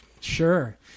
sure